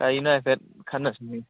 ꯀꯩꯅꯣ ꯍꯥꯏꯐꯦꯠ ꯈꯟꯅꯁꯤꯅꯦ